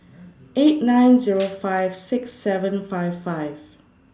eight nine Zero five six seven five five